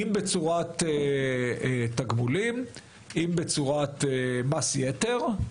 אם בצורת תגמולים, אם בצורת מס יתר.